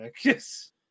Yes